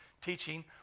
teaching